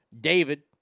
David